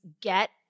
get